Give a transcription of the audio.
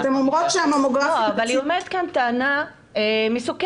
שאתן אומרות שהממוגרפיה --- היא אומרת כאן טענה מסוכנת.